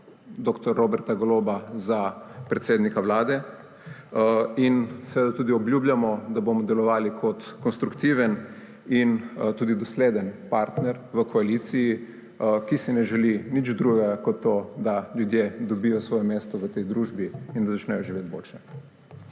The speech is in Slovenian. dr. Roberta Goloba za predsednika Vlade in tudi obljubljamo, da bomo delovali kot konstruktiven in dosleden partner v koaliciji, ki si ne želi nič drugega kot to, da ljudje dobijo svoje mesto v tej družbi in začnejo živeti boljše.